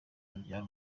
abyara